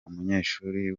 umunyeshuli